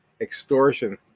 extortion